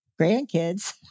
grandkids